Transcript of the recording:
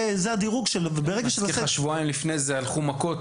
לפני שבועיים שחקנים הלכו מכות.